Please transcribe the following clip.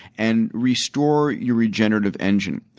and restore your regenerative engine?